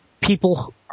people